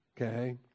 okay